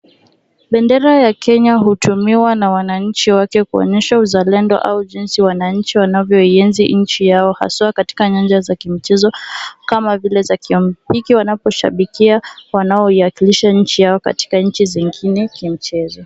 Bendera ya Kenya hutumika na wananchi wake kuonyesha uzalendo au jinsi wananchi wanavyoienzi nchi yao haswa katika nyanja za michezo, kama vile za kiolimpiki wanaposhabikia wanaoiwakilisha nchi yao katika nchi zingine kimchezo.